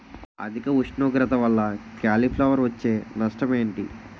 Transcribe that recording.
అధిక ఉష్ణోగ్రత వల్ల కాలీఫ్లవర్ వచ్చే నష్టం ఏంటి?